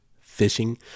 fishing